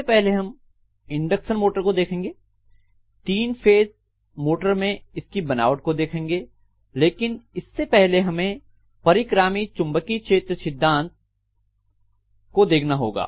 सबसे पहले हम इंडक्शन मोटर को देखेंगे 3 फेज मोटर में इसकी बनावट को देखेंगे लेकिन इससे पहले हमें परिक्रामी चुंबकीय क्षेत्र सिद्धांत को देखना होगा